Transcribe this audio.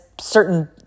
certain